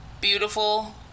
Beautiful